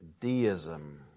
Deism